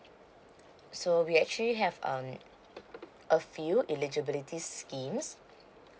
so we actually have um a few eligibility schemes